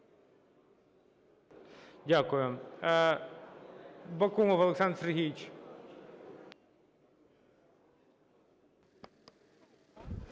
Дякую. Бакумов Олександр Сергійович.